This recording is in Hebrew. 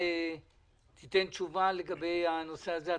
תיתן תשובה לגבי הנושא הזה?